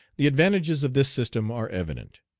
the advantages of this system are evident.